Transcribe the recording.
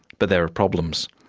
but there are problems.